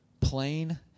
plain